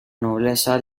nobleza